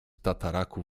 tataraku